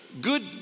good